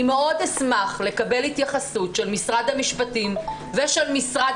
אני מאוד אשמח לקבל התייחסות של משרד המשפטים ושל המשרד